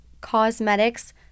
Cosmetics